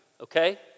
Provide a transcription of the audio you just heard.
okay